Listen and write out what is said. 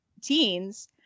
teens